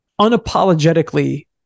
unapologetically